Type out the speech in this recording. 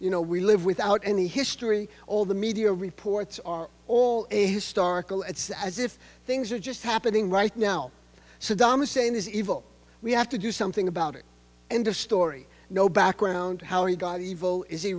you know we live without any history all the media reports are all a historical it's as if things are just happening right now saddam hussein is evil we have to do something about it end of story know background how he got evil is he